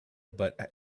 but